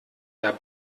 der